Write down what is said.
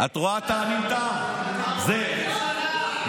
40 שנה.